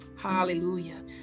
Hallelujah